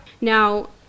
now